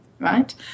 right